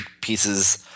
pieces